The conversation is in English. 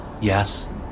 Yes